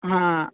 ಹಾಂ